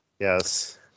yes